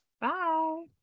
Bye